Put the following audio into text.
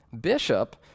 Bishop